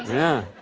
yeah.